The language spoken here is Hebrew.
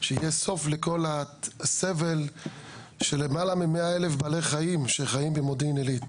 שיהיה סוף לכל הסבל של למעלה ממאה אלף בעלי חיים שחיים במודיעין עילית